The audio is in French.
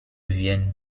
vienne